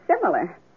similar